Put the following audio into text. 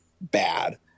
bad